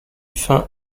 fin